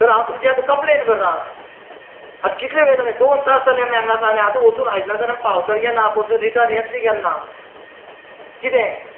तर हांव तुमची आतां कंप्लेन करतां आतां कितले वेळ जाले दोन तास जाले आतां आमी हांगा आसा आतां वचून हायनादरान पावतली केन्ना पोरतून रिटर्न येतली केन्ना कितें